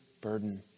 burden